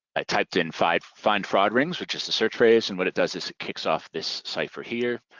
i typed in find find fraud rings, which is a search phrase and what it does is it kicks off this cypher here,